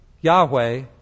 Yahweh